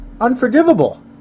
unforgivable